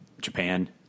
Japan